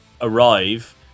arrive